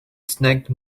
snagged